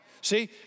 See